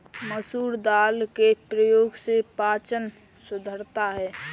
मसूर दाल के प्रयोग से पाचन सुधरता है